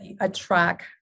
attract